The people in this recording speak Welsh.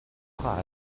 chwaer